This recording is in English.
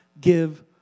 give